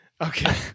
Okay